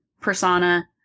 persona